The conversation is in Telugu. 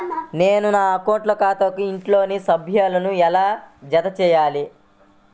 నేను నా అకౌంట్ ఖాతాకు ఇంట్లోని సభ్యులను ఎలా జతచేయాలి?